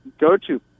go-to